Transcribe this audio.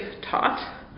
taught